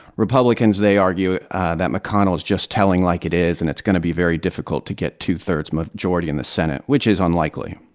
republicans they argue that mcconnell is just telling like it is. and it's going to be very difficult to get two thirds-majority in the senate, which is unlikely